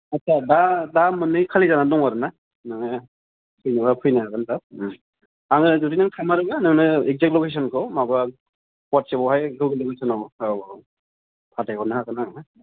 आथ्सा दा दा मोननै खालि जानानै दं आरो माने फैनोब्ला फैनो हागोन दा आङो जुदि नोङो थामारो ना नोंनो एकजाक्ट लकेसनखौ माबा अवाट्सएपावहाय गुगोल लकेसनाव औ औ फाथायहरनो हागोन आरोना